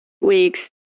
weeks